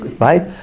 Right